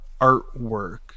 artwork